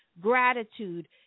gratitude